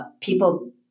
People